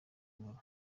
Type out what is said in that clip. nkora